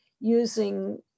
using